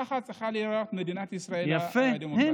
ככה צריכה להיראות מדינת ישראל הדמוקרטית.